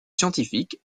scientifiques